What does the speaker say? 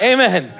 Amen